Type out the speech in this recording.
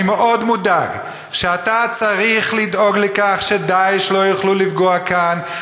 אני מאוד מודאג מכך שאתה צריך לדאוג לכך ש"דאעש" לא יוכלו לפגוע כאן,